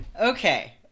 Okay